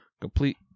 complete